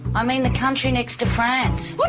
i mean the country next to france. what's